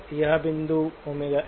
यह बिंदु Ωs - ΩB है